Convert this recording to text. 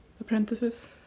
apprentices